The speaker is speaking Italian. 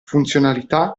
funzionalità